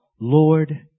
Lord